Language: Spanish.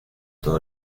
todo